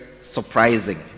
surprising